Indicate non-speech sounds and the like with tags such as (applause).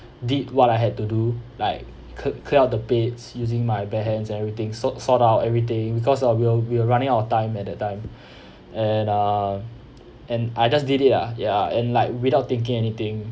did what I had to do like clear clear all the plates using my bare hands and everything sort sort out everything because ah we're we're running out of time at that time (breath) and uh and I just did it ah ya and like without thinking anything